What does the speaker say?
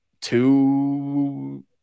two